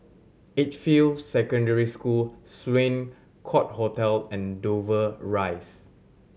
Edgefield Secondary School Sloane Court Hotel and Dover Rise